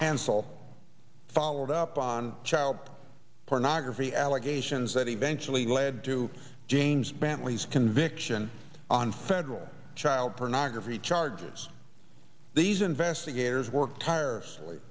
hansell followed up on child pornography allegations that eventually led to james batley as conviction on federal child pornography charges these investigators work tirelessly